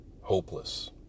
hopeless